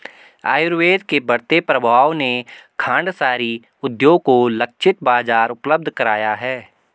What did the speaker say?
आयुर्वेद के बढ़ते प्रभाव ने खांडसारी उद्योग को लक्षित बाजार उपलब्ध कराया है